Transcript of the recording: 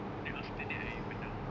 then after that I menang